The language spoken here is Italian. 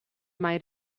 mai